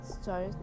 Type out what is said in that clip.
start